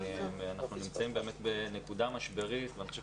אנחנו באמת נמצאים בנקודה משברית ואני חושב